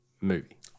movie